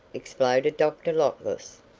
exploded dr. lotless.